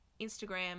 instagram